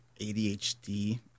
adhd